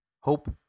Hope